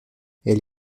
elle